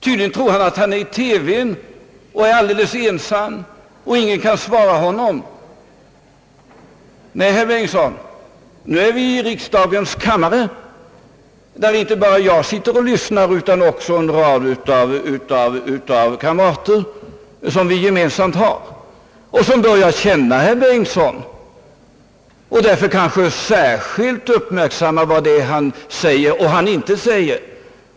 Tydligen tror han att han är i TV alldeles ensam och att ingen kan bemöta honom. Nej, herr Bengtson, nu är vi i riksdagens första kammare, och där är det inte bara jag som sitter och lyssnar, utan också en rad av gemensamma kamrater. De börjar känna herr Bengtson, och kanske särskilt uppmärksammar vad han säger och inte säger.